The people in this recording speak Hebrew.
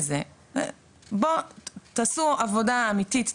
בואו תעשו עבודה אמיתית,